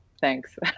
thanks